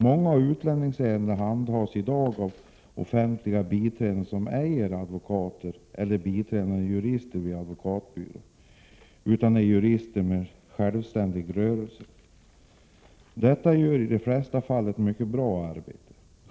Många av utlänningsärendena handhas i dag av offentliga biträden som ej är advokater eller biträdande jurister vid advokatbyrå utan jurister med självständig rörelse. Dessa gör i de flesta fall ett mycket bra arbete.